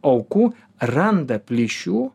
aukų randa plyšių